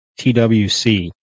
TWC